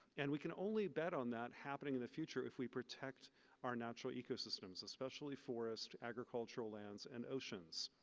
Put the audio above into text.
and we can only bet on that happening in the future, if we protect our natural ecosystems, especially forests, agricultural lands, and oceans.